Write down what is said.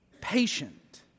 patient